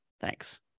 Thanks